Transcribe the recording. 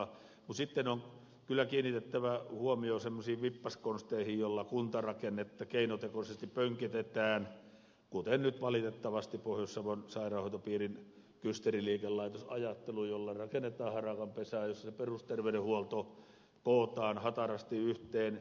mutta sitten on kyllä kiinnitettävä huomio semmoisiin vippaskonsteihin joilla kuntarakennetta keinotekoisesti pönkitetään kuten nyt valitettavasti pohjois savon sairaanhoitopiirin kysteri liikelaitosajatteluun jolla rakennetaan harakanpesää jossa perusterveydenhuolto kootaan hatarasti yhteen